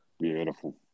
beautiful